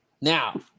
Now